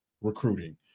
recruiting